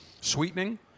sweetening